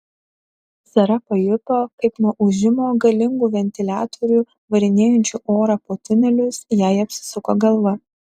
sara pajuto kaip nuo ūžimo galingų ventiliatorių varinėjančių orą po tunelius jai apsisuko galva